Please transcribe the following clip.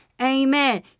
Amen